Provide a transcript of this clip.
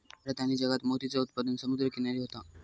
भारत आणि जगात मोतीचा उत्पादन समुद्र किनारी होता